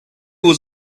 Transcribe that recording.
was